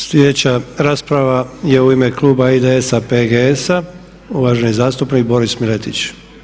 Sljedeća rasprava je u ime kluba IDS-a PGS-a, uvaženi zastupnik Boris Miletić.